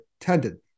tendon